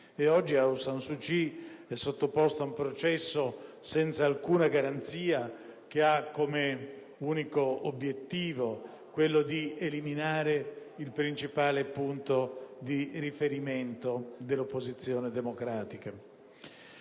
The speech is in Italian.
Oggi Aung San Suu Kyi è sottoposta a un processo senza alcuna garanzia, che ha come unico obiettivo quello di eliminare il principale punto di riferimento dell'opposizione democratica.